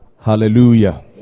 Hallelujah